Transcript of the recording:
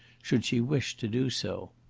should she wish to do so.